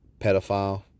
pedophile